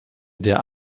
der